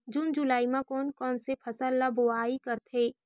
जून जुलाई म कोन कौन से फसल ल बोआई करथे?